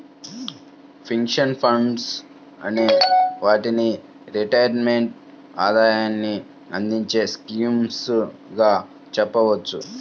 pension funds అనే వాటిని retirement ఆదాయాన్ని అందించే స్కీమ్స్ గా చెప్పవచ్చు